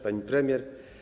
Pani Premier!